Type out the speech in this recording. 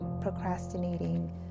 procrastinating